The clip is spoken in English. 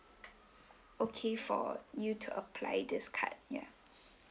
okay for you to apply this card ya